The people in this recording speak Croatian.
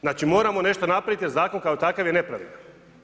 Znači moramo nešto napravit je zakon kao takav je nepravedan.